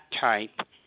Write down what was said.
type